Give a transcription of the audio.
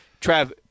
Trav